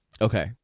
Okay